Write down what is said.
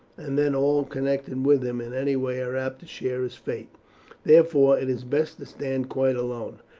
and then all connected with him in any way are apt to share his fate therefore, it is best to stand quite alone.